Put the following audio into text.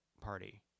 Party